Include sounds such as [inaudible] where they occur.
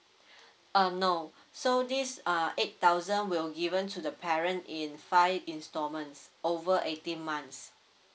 [breath] um no so this uh eight thousand will given to the parent in five instalments over eighteen months